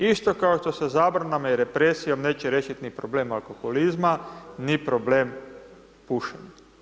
Isto kao što sa zabranama i represijom neće riješiti ni problem alkoholizma ni problem pušenja.